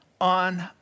on